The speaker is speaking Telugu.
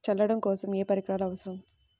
చల్లడం కోసం ఏ పరికరాలు అవసరం?